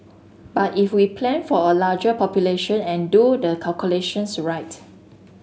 but if we plan for a larger population and do the calculations right